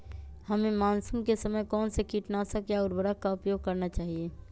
हमें मानसून के समय कौन से किटनाशक या उर्वरक का उपयोग करना चाहिए?